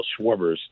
Schwarbers